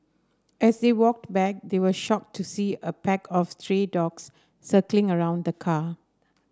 as they walked back they were shocked to see a pack of stray dogs circling around the car